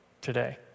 today